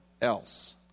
else